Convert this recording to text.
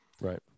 Right